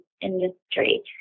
industry